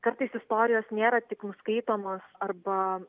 kartais istorijos nėra tik skaitomos arba